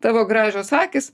tavo gražios akys